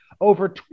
over